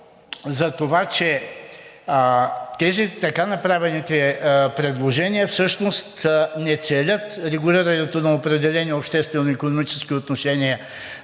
за това, че така направените предложения всъщност не целят регулирането на определени обществено-икономически отношения